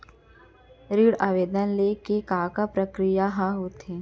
ऋण आवेदन ले के का का प्रक्रिया ह होथे?